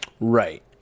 Right